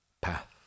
path